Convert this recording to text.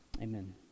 Amen